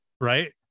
right